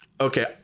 Okay